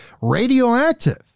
radioactive